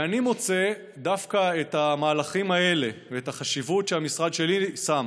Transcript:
ואני מוצא דווקא את המהלכים האלה ואת החשיבות שהמשרד שלי שם